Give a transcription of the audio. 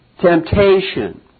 temptation